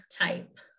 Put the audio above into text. type